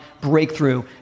breakthrough